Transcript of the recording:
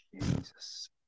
Jesus